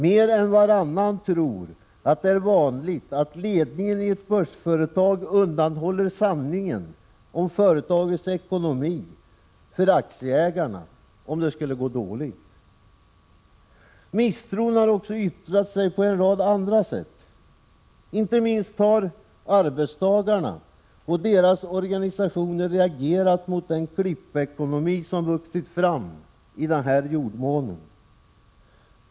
Mer än varannan tror att det är vanligt att ledningen i ett börsföretag undanhåller sanningen om företagets ekonomi för aktieägarna om det skulle gå dåligt. Misstron har också yttrat sig på en rad andra sätt. Inte minst har arbetstagarna och deras organisationer reagerat mot den klippekonomi som vuxit fram i denna jordmån.